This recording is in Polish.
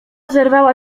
zerwała